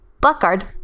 Blackguard